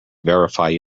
verify